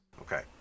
Okay